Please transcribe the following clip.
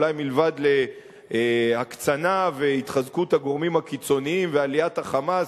אולי מלבד להקצנה והתחזקות הגורמים הקיצוניים ועליית ה"חמאס"